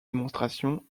démonstration